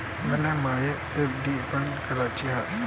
मले मायी एफ.डी बंद कराची हाय